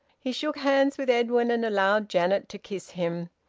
he shook hands with edwin and allowed janet to kiss him.